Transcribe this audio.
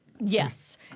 Yes